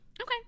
Okay